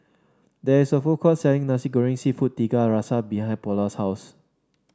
there is a food court selling Nasi Goreng seafood Tiga Rasa behind Paola's house